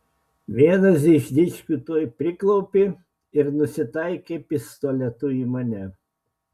vienas iš dičkių tuoj priklaupė ir nusitaikė pistoletu į mane